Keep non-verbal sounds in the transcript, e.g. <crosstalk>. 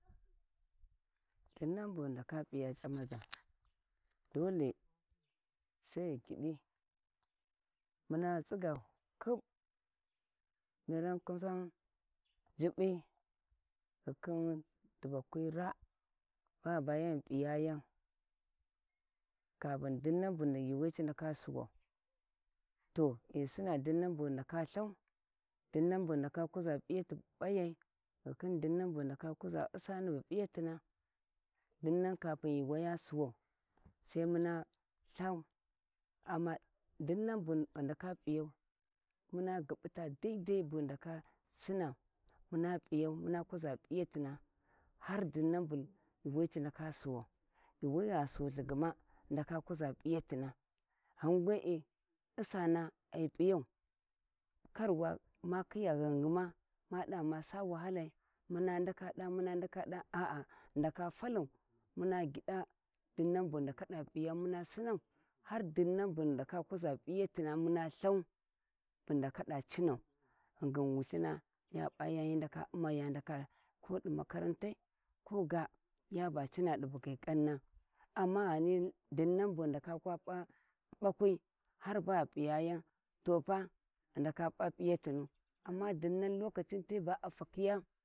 Dinan bu ghi ndaka piya c`amaze dole, sai gyidi muna tsigyi kibb mirau kusa jiɓɓi ghikhin dibakhin ra a baghi baya ghi p`iyayau Katina din nan bu yuuwi ci ndaka suwau, to ghi sinna dinnan bu ghi ndaka lhau dinnau bu ghi ndaka lhau dinnau bug hi ndaka kuza p`iyati p`ayai, dinan bug hi ndaka kuza p'yati p'ayatina, dinan bu ghi ndaka kuza usani p`iyatina duian kafin yuuway suwan sai muna lhau amma duinan auma dinnan bu ghi ndakai p`iyaumuna guɓɓuta daidai siuna muna p`iyau muna kuza p`iyatina har dinnan bu yuuwi ca suwai yuuwi gha sulth gma hi ndaka kuza p`iyatina ghan wee usani ai p`iyau kar <hesitation> khiya ghunghuma ma dava ma sa wahala ma dava ma ndaka da ma ndaka da aa ghi ndaka talau muna gidan dinan bug hi ndaka da p`iyau muna sinau har dinan bug hi ndaka kuza p`iyatina muna lhau bu ghi ndaka da cinau ghingin wulthin ya p`a yan hi ndaka umau ya ndaka ko di makarantai koga yaba aina di bugyi ƙana amma ghani dinnan bugyi ƙanna amma ghani dinnan bughi ndaka kwa ɓakwi biau bag hi p`iyayan ghi nda p`a p`iyat nu.